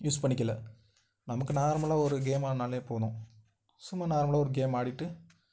use பண்ணிக்கல நமக்கு நார்மலாக ஒரு கேம் ஆடினாலே போதும் சும்மா நார்மலாக ஒரு கேம் ஆடிட்டு